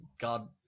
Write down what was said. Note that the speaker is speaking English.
God